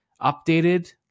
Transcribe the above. updated